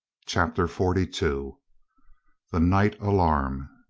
chapter forty-two the night alarm